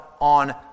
on